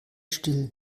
still